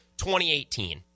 2018